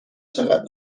چقدر